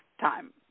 time